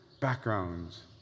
backgrounds